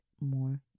more